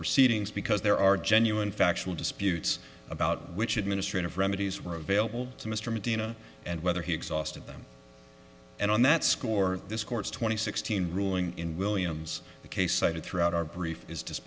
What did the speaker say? proceedings because there are genuine factual disputes about which administrative remedies were available to mr medina and whether he exhausted them and on that score this court's twenty sixteen ruling in williams the case cited throughout our brief is